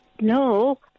No